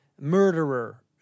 murderer